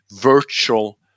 Virtual